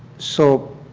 so